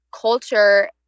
culture